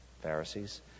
Pharisees